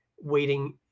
waiting